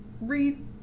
read